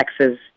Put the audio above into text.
Texas